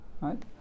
Right